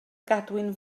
gadwyn